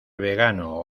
vegano